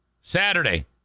Saturday